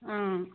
অঁ